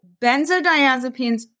benzodiazepines